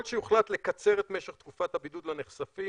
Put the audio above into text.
ככל שיוחלט לקצר את משך תקופת הבידוד לנחשפים,